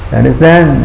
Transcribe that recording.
Understand